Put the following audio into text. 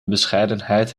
bescheidenheid